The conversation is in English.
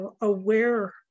aware